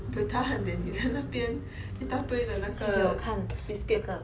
buay tahan eh 你的那边一大堆的那个 biscuit